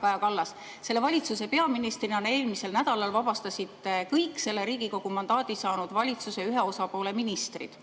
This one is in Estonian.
Kaja Kallas, selle valitsuse peaministrina vabastasite eelmisel nädalal kõik selle Riigikogu mandaadi saanud valitsuse ühe osapoole ministrid.